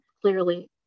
clearly